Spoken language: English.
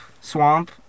Swamp